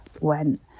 went